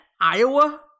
Iowa